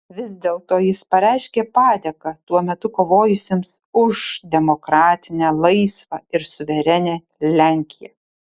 vis dėlto jis pareiškė padėką tuo metu kovojusiems už demokratinę laisvą ir suverenią lenkiją